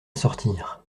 sortir